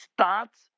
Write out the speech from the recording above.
starts